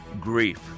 grief